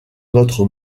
notre